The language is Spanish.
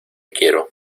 quiero